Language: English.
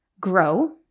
grow